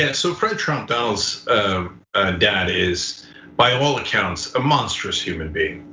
and so fred trump, donald's dad, is by ah all accounts a monstrous human being.